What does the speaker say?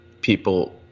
people